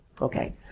Okay